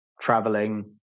traveling